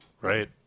right